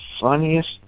funniest